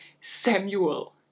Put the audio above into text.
Samuel